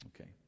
Okay